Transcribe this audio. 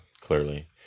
clearly